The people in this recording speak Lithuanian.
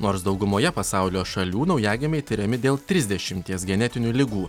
nors daugumoje pasaulio šalių naujagimiai tiriami dėl trisdešimties genetinių ligų